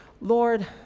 Lord